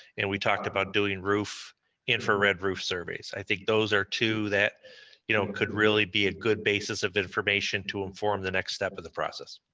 and we talked about doing infrared roof surveys, i think those are two that you know could really be a good basis of information to inform the next step of the process.